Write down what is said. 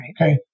Okay